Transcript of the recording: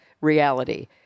reality